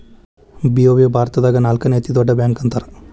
BOB ಭಾರತದಾಗ ನಾಲ್ಕನೇ ಅತೇ ದೊಡ್ಡ ಬ್ಯಾಂಕ ಅಂತಾರ